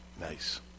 Nice